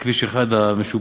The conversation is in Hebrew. בכביש 1 המשופץ,